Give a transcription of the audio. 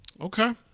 Okay